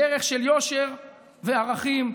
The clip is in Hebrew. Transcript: בדרך של יושר וערכים.